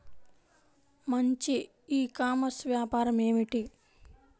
మంచి e commerce వ్యాపారం ఏమిటీ?